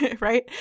right